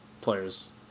players